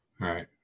Right